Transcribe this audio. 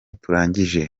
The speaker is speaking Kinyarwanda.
turangije